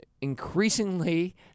increasingly